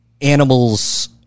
animals